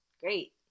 great